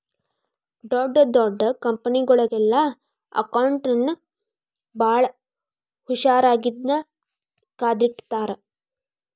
ಡೊಡ್ ದೊಡ್ ಕಂಪನಿಯೊಳಗೆಲ್ಲಾ ಅಕೌಂಟ್ಸ್ ನ ಭಾಳ್ ಹುಶಾರಿನ್ದಾ ಕಾದಿಟ್ಟಿರ್ತಾರ